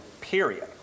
period